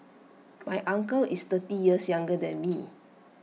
my uncle is thirty years younger than me